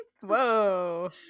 Whoa